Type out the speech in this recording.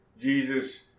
Jesus